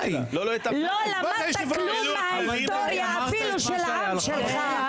זה הכלל -- עמית די, אמרת את מה שהיה לך,